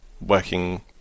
working